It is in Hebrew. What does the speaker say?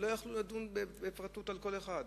לא יכלו לדון בפרוטרוט על כל אחד.